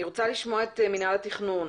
אני רוצה לשמוע את מינהל התכנון.